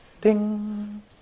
ding